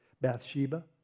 Bathsheba